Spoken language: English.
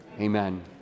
Amen